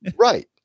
right